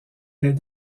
des